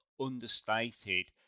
understated